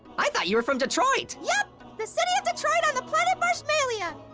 i thought you were from detroit. yep. the city of detroit on the planet marshmalia.